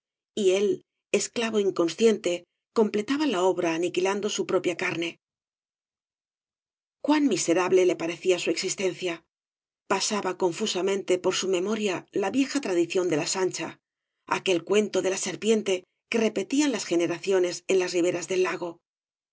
y él esclavo inconeciente completaba la obra aniquilando bu propia carne cuan miserable le parecía su existencia pasa ba confusamente por su memoria la vieja tradición de la sancha aquel cuento de la serpiente que repetían las generaciones en las riberas del lago el